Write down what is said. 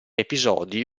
episodi